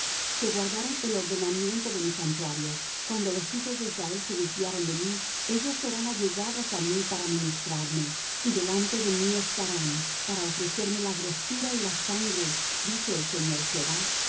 que guardaron el ordenamiento de mi santuario cuando los hijos de israel se desviaron de mí ellos serán allegados á mí para ministrarme y delante de mí estarán para ofrecerme la grosura y la sangre dice el señor jehová